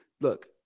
look